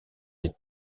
des